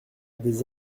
des